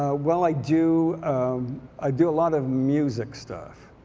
ah well i do i do a lot of music stuff.